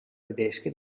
tedesche